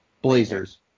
Blazers